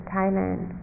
Thailand